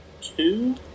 two